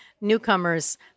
newcomers